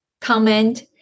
comment